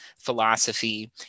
Philosophy